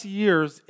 years